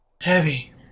Heavy